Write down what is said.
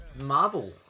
Marvel